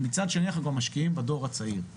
ומצד שני אנחנו גם משקיעים בדור הצעיר.